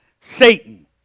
Satan